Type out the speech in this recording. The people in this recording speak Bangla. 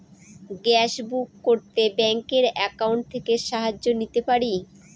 গ্যাসবুক করতে ব্যাংকের অ্যাকাউন্ট থেকে সাহায্য নিতে পারি?